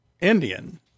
Indian